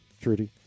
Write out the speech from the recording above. Trudy